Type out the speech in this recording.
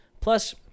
Plus